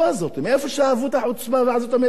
מאיפה שאבו את החוצפה ואת עזות המצח הזאת?